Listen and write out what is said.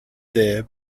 there